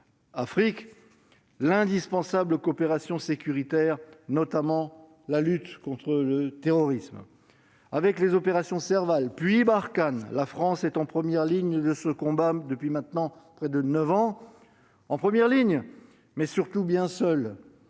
à savoir l'indispensable coopération sécuritaire, notamment dans le cadre de la lutte contre le terrorisme. Avec les opérations Serval puis Barkhane, la France est en première ligne de ce combat depuis maintenant près de neuf ans. Elle est en première ligne, mais surtout bien seule